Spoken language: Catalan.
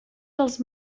dels